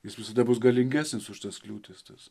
jis visada bus galingesnis už tas kliūtis tas